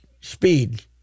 speed